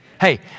Hey